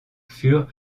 furent